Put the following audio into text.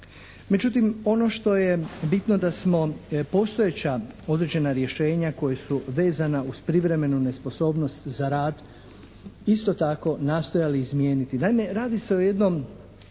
Međutim, ono što je bitno da smo postojeća određena rješenja koja su vezana uz privremenu nesposobnost za rad isto tako nastojali izmijeniti.